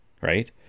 right